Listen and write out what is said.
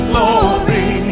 Glory